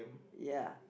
ya